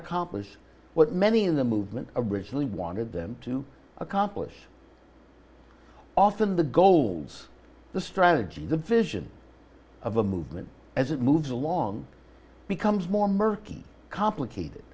accomplish what many in the movement originally wanted them to accomplish often the goals the strategy the vision of a movement as it moves along becomes more murky complicated